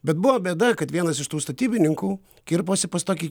bet buvo bėda kad vienas iš tų statybininkų kirposi pas tokį